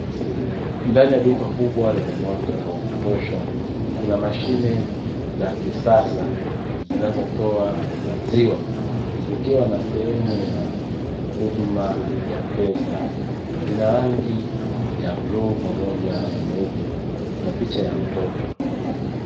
Ndani ya duka kubwa lenye mwanga wa kutosha kuna mashine za kisasa, zinazotoa maziwa zikiwa na sehemu ya huduma ya pesa. Zina rangi ya bluu pamoja na nyeupe, kuna picha ya mtoto.